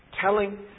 telling